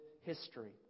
history